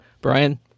Brian